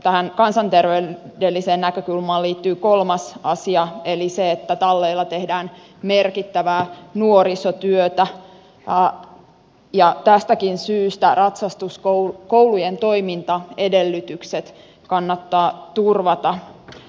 tähän kansanterveydelliseen näkökulmaan liittyy kolmas asia eli se että talleilla tehdään merkittävää nuorisotyötä ja tästäkin syystä ratsastuskoulujen toimintaedellytykset kannattaa turvata